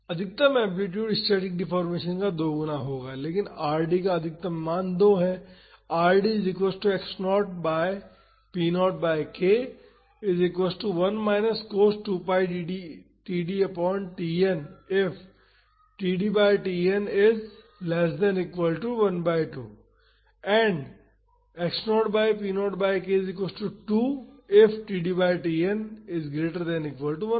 अधिकतम amplitude static deformation का 2 गुना होगा लेकिन Rd का अधिकतम मान 2 है